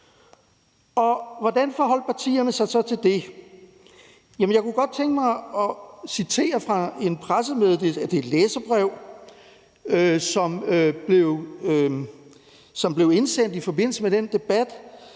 Hvordan forholdt partierne sig så til det? Jeg kunne godt tænke mig at citere fra et læserbrev, som blev indsendt i forbindelse med den debat.